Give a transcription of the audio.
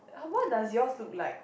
!huh! what does yours look like